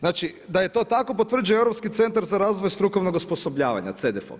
Znači da je to tako potvrđuje Europski centar za razvoj strukovnog osposobljavanja Cedefop.